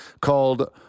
called